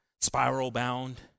spiral-bound